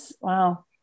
wow